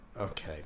Okay